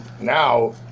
now